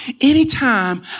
Anytime